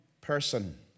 person